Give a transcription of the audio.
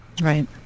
Right